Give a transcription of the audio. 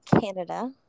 Canada